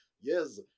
yes